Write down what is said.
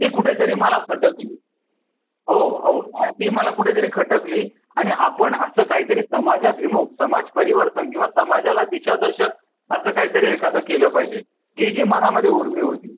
ती कुठेतरी मला खटकली हो हो आणि ती मला कुठेतरी खटकली आणि आपण असं काही तरी समाजाभिमुख समाज परिवर्तन किंवा समाजाला दिशादर्शक असं काय तरी एखादं केलं पाहिजे ही जी मनामध्ये उर्मी होती